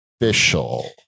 official